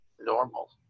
normal